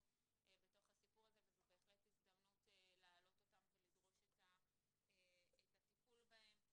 בתוך הסיפור הזה וזו בהחלט הזדמנות להעלות אותן ולדרוש את הטיפול בהן.